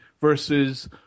versus